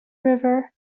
river